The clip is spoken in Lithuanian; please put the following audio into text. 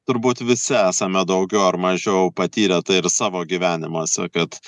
turbūt visi esame daugiau ar mažiau patyrę tai ir savo gyvenimuose kad